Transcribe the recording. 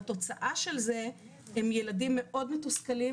התוצאה של זה היא ילדים מאוד מתוסכלים